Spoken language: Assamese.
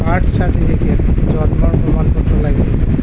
বাৰ্থ চাৰ্টিফিকেট জন্মৰ প্ৰমাণ পত্ৰ লাগিব